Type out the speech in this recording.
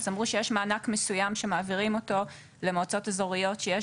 אז אמרו שיש מענק מסוים שמעבירים אותו למועצות אזוריות שיש